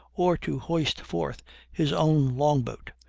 or to hoist forth his own long-boat,